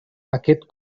aquest